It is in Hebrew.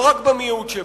לא רק במיעוט שבה,